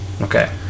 Okay